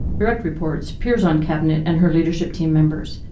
direct reports, peers on cabinet, and her leadership team members.